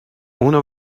اونو